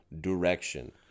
direction